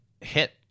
hit